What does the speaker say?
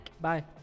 Bye